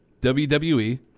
WWE